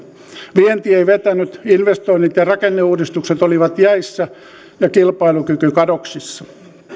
vienti ei vetänyt investoinnit ja rakenneuudistukset olivat jäissä ja kilpailukyky kadoksissa